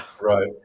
Right